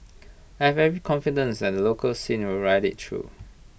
I have every confidence that the local scene will ride IT through